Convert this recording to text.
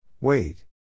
Wait